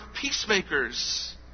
peacemakers